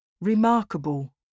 Remarkable